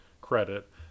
credit